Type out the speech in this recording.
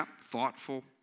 thoughtful